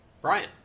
Brian